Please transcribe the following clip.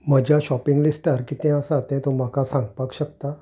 म्हज्या शॉपिंग लिस्टार कितें आसा तें तूं म्हाका सांगपाक शकता